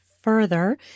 further